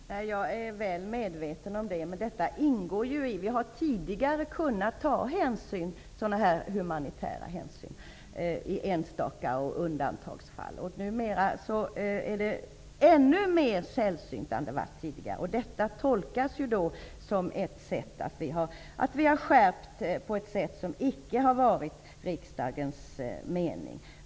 Fru talman! Jag är väl medveten om detta. Vi har tidigare kunnat ta sådana humanitära hänsyn i enstaka undantagsfall. De är ännu mer sällsynta är vad de har varit tidigare. Det tolkas som att vi har skärpt bedömningen på ett sätt som inte varit riksdagens mening.